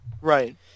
right